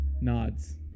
Nods